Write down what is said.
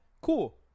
Cool